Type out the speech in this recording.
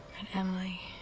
emily